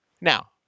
Now